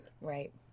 Right